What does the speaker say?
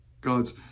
God's